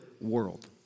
world